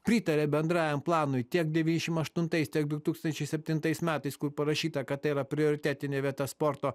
pritarė bendrajam planui tiek devyniasšim aštuntais tiek du tūkstančiai septintais metais kur parašyta kad tai yra prioritetinė vieta sporto